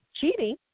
cheating